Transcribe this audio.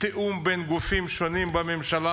תיאום בין גופים שונים בממשלה,